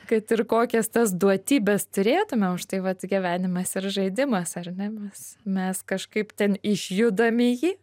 kad ir kokias tas duotybes turėtume už tai vat gyvenimas ir žaidimas ar ne mes mes kažkaip ten išjudam į jį